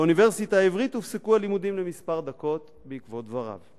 באוניברסיטה העברית הופסקו הלימודים לכמה דקות בעקבות דבריו.